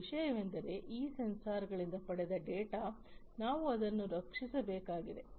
ಒಂದು ವಿಷಯವೆಂದರೆ ಈ ಸೆನ್ಸಾರ್ಗಳಿಂದ ಪಡೆದ ಡೇಟಾ ನಾವು ಅದನ್ನು ರಕ್ಷಿಸಬೇಕಾಗಿದೆ